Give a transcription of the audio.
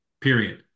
period